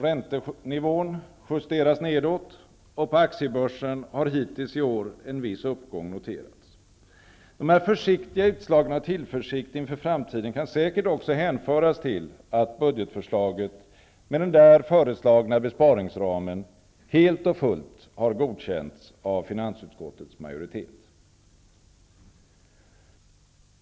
Räntenivån justeras nedåt, och på aktiebörsen har hittills i år en viss uppgång noterats. Dessa försiktiga utslag av tillförsikt inför framtiden kan säkert också hänföras till att budgetförslaget med den där föreslagna besparingsramen helt och fullt har godkänts av finansutskottets majoritet.